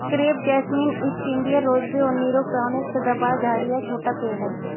crepe jasmine, East India rosebay और Nero crown एक सदाबहार झाड़ी या छोटा पेड़ है